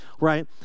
right